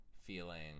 feeling –